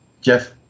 Jeff